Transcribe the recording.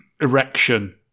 erection